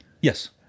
Yes